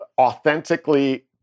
authentically